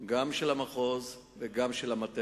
הוא פונה לבית-החולים לקבלת טיפול רפואי.